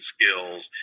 skills